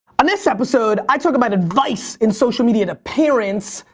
on this episode, i talk about advice in social media to parents,